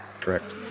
Correct